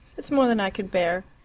it's more than i could bear.